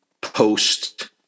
post